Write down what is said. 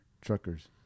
Truckers